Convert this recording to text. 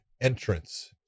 entrance